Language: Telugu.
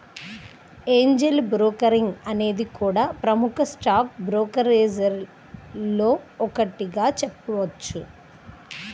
ఏంజెల్ బ్రోకింగ్ అనేది కూడా ప్రముఖ స్టాక్ బ్రోకరేజీల్లో ఒకటిగా చెప్పొచ్చు